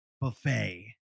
buffet